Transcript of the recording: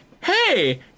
hey